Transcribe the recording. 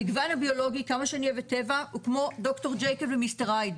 המגוון הביולוגי הוא כמו ד"ר ג'קיל ומיסטר הייד.